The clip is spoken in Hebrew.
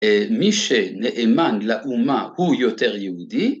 מי שנאמן לאומה הוא יותר יהודי